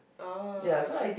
oh okay